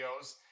videos